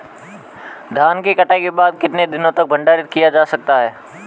धान की कटाई के बाद कितने दिनों तक भंडारित किया जा सकता है?